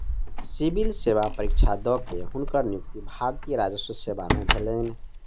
civil सेवा परीक्षा द के, हुनकर नियुक्ति भारतीय राजस्व सेवा में भेलैन